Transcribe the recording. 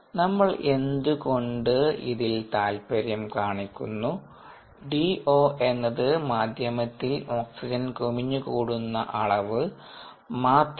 നമ്മൾ എന്ത്കൊണ്ട് ഇതിൽ താൽപ്പര്യം കാണിക്കുന്നു DO എന്നത് മാധ്യമത്തിൽ ഓക്സിജൻ കുമിഞ്ഞുകൂടുന്ന അളവ് മാത്രമാണ്